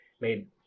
made